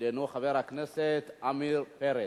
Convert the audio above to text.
ידידנו חבר הכנסת עמיר פרץ.